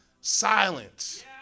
silence